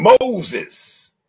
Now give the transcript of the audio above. Moses